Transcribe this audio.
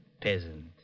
Peasant